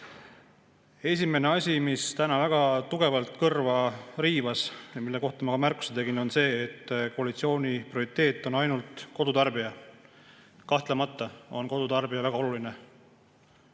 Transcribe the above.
Esimene asi, mis täna väga tugevalt kõrva riivas ja mille kohta ma ka märkuse tegin, on see, et koalitsiooni prioriteet on ainult kodutarbija. Kahtlemata on kodutarbija väga oluline.